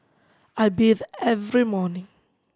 I bathe every morning